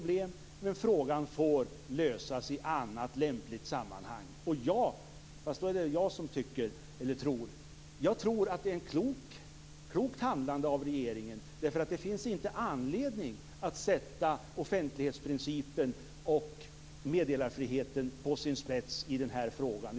Men frågan får lösas i annat lämpligt sammanhang. Jag tror att det är ett klokt handlande av regeringen. Det finns inte anledning att sätta offentlighetsprincipen och meddelarfriheten på sin spets i den här frågan.